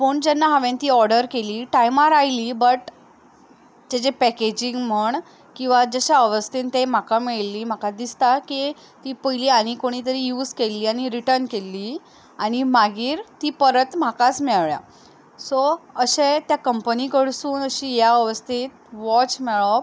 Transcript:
पूण जेन्ना हांवें ती ऑर्डर केली टायमार आयली बट तेजें पॅकेजींग म्हण किंवा जशा अवस्थेन तें म्हाका मेळिल्लें म्हाका दिसता की आनी कोणे तरी यूज केल्ली आनी रिटन केल्ली आनी मागीर ती परत म्हाकाच मेळ्ळ्या सो अशें त्या कंपनी कडसून अशी ह्या अवस्थेंत वॉच मेळप